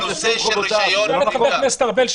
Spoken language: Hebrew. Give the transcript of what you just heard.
בנושא של רישיון נהיגה -- תשאל את חבר הכנסת ארבל,